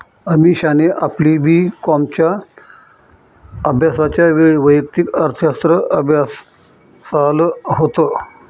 अमीषाने आपली बी कॉमच्या अभ्यासाच्या वेळी वैयक्तिक अर्थशास्त्र अभ्यासाल होत